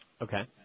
Okay